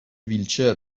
ویلچر